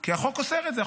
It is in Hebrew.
כי החוק אוסר את זה.